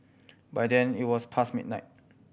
by then it was pass midnight